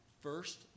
first